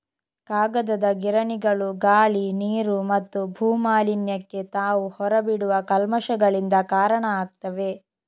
ಕಾಗದದ ಗಿರಣಿಗಳು ಗಾಳಿ, ನೀರು ಮತ್ತು ಭೂ ಮಾಲಿನ್ಯಕ್ಕೆ ತಾವು ಹೊರ ಬಿಡುವ ಕಲ್ಮಶಗಳಿಂದ ಕಾರಣ ಆಗ್ತವೆ